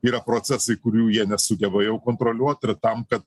yra procesai kurių jie nesugeba jau kontroliuot yra tam kad